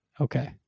Okay